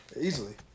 easily